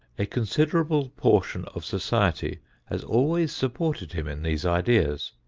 a considerable portion of society has always supported him in these ideas.